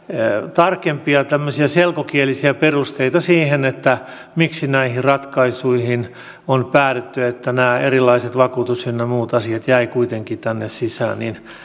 tarkempia tämmöisiä selkokielisiä perusteita siihen miksi näihin ratkaisuihin on päädytty että nämä erilaiset vakuutus ynnä muut asiat jäivät kuitenkin tänne sisään